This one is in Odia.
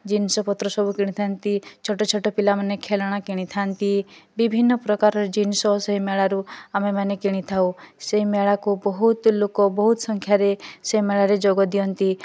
ଜିନଷପତ୍ର ସବୁ କିଣିଥାନ୍ତି ଛୋଟଛୋଟ ପିଲା ମାନେ ଖେଳନା କିଣିଥାନ୍ତି ବିଭିନ୍ନ ପ୍ରକାରର ଜିନିଷ ସେହି ମେଳାରୁ ଆମେ ମାନେ କିଣିଥାଉ ସେହି ମେଳାକୁ ବହୁତ ଲୋକ ବହୁତ ସଂଖ୍ୟାରେ ସେ ମେଳାରେ ଯୋଗ ଦିଅନ୍ତି